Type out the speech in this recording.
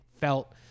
felt